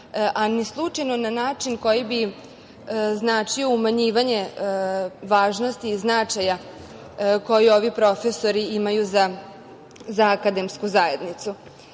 a ni slučajno na način na koji bi značio umanjivanje važnosti i značaja koji ovi profesori imaju za akademsku zajednicu,